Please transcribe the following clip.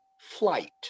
flight